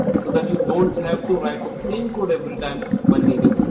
so that you don't have to write the same code everytime when needed.